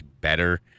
better